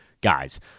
guys